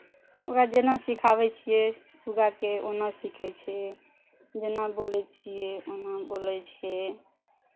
ओकरा जेना सिखाबै छियै सुग्गाकेँ ओना सीखै छै जेना बोलै छियै ओना बोलै छै